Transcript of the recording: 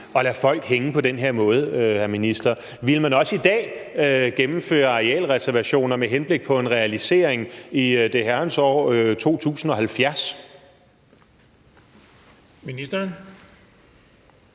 at lade folk hænge på den her måde, hr. minister? Ville man også i dag gennemføre arealreservationer med henblik på en realisering i det Herrens år 2070? Kl.